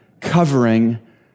covering